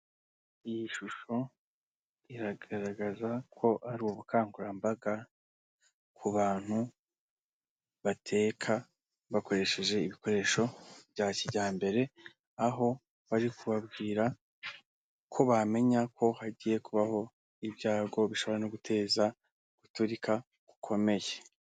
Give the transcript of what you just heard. Iyi shusho iragaragaza ko ari ubukangurambaga ku bantu bateka bakoresheje ibikoresho bya kijyambere aho bari kubabwira ko bamenya ko hagiye kubaho ibyago bishobora no guteza guturika gukomeye.